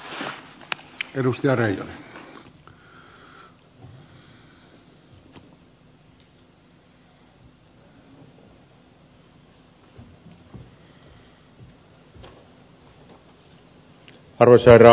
arvoisa herra puhemies